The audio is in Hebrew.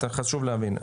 חשוב להבין,